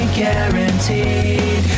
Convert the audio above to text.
guaranteed